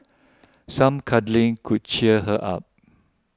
some cuddling could cheer her up